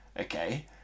okay